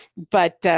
but